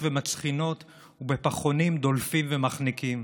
ומצחינות ובפחונים דולפים ומחניקים.